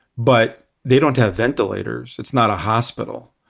but they don't have ventilators. it's not a hospital.